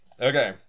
Okay